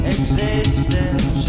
Existence